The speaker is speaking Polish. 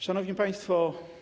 Szanowni Państwo!